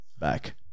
back